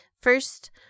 First